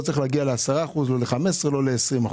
לא צריך להגיע לעשרה אחוזים ולא ל-15 ולא ל-20 אחוזים.